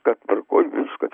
kad tvarkoj viskas